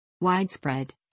Widespread